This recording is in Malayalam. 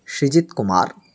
ഷിജിത് കുമാർ